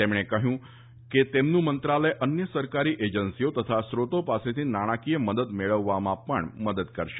તેમણે કહ્યું કે તેમનું મંત્રાલય અન્ય સરકારી એજન્સીઓ તથા સ્ત્રોતો પાસેથી નાણાંકીય મદદ મેળવવામાં પણ મદદ કરશે